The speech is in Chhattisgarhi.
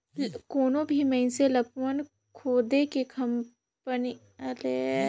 कोनो भी मइनसे लअपन खुदे के कंपनी खोले बर भुंइयां चहे भवन, मसीन आदि जाएत बर लागथे